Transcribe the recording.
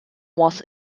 was